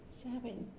जाबाय ना